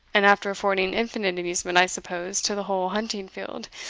and after affording infinite amusement, i suppose, to the whole hunting field,